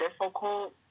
difficult